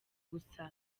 gusa